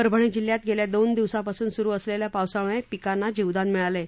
परभणी जिल्ह्यात मागील दोन दिवसांपासून सुरु असलेल्या पावसामुळे पिकांना जीवदान मिळालं आहे